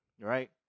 right